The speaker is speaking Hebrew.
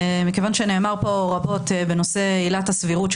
מכיוון שנאמר פה רבות בנושא עילת הסבירות,